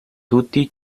tutti